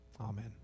Amen